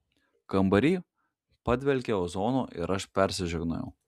kambary padvelkė ozonu ir aš persižegnojau